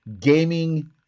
gaming